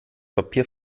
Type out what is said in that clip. papier